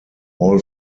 all